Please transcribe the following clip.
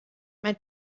mein